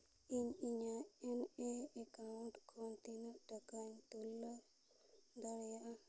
ᱤᱧ ᱤᱧᱟᱹᱜ ᱮᱹᱱ ᱮᱹ ᱮᱠᱟᱣᱩᱱᱴ ᱠᱷᱚᱱ ᱛᱤᱱᱟᱹᱜ ᱴᱟᱠᱟᱧ ᱛᱩᱞᱟᱹᱣ ᱫᱟᱲᱮᱭᱟᱜᱼᱟ